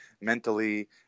mentally